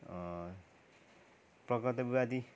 प्रगतिवादी